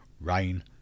rain